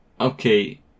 Okay